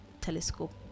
telescope